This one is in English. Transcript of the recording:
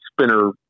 spinner